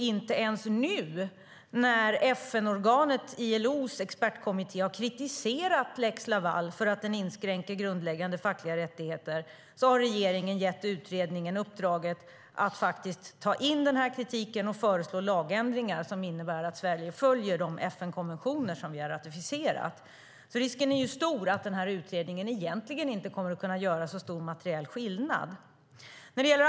Inte ens nu när FN-organet ILO:s expertkommitté har kritiserat lex Laval för att den inskränker grundläggande fackliga rättigheter har regeringen gett utredningen uppdraget att faktiskt ta in denna kritik och föreslå lagändringar som innebär att Sverige följer de FN-konventioner som vi har ratificerat. Risken är alltså stor att denna utredning inte kommer att kunna göra så stor materiell skillnad.